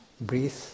breathe